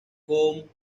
con